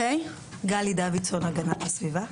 גלי דוידסון, הגנת הסביבה.